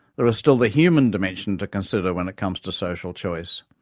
there is still the human dimension to consider when it comes to social choice.